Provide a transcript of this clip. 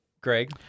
Greg